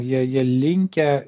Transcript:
jei jie linkę